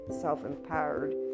self-empowered